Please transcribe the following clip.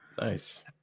Nice